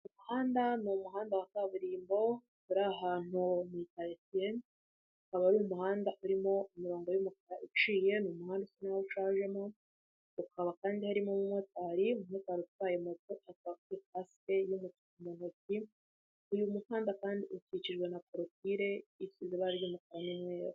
Umuhanda ni umuhanda wa kaburimbo uri ahantu mu karitsiye, ukaba ari umuhanda urimo umurongo w'umukara uciye, umuhanda usa nk'aho ushajemo, ukaba kandi harimo umu motari, umu motari utwaye moto akaba afite kasike mu ntoki, uyu muhandada kandi ukikijwe na korotire isize ibara ry'umukara n'umweru.